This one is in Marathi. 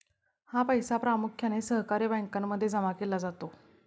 हा पैसा प्रामुख्याने सहकारी बँकांमध्ये जमा केला जातो